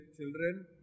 children